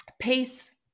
pace